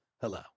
hello